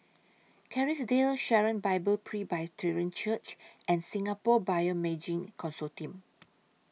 Kerrisdale Sharon Bible Presbyterian Church and Singapore Bioimaging Consortium